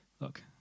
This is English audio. look